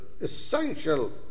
essential